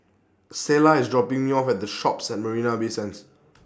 Selah IS dropping Me off At The Shoppes At Marina Bay Sands